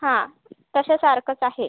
हा तशासारखंच आहे